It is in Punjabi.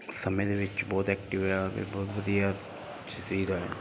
ਸਮੇਂ ਦੇ ਵਿੱਚ ਬਹੁਤ ਐਕਟਿਵ ਹੋਇਆ ਇਹ ਬਹੁਤ ਵਧੀਆ ਹੈ